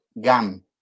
gun